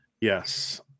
Yes